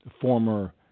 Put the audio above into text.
former